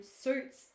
suits